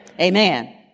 Amen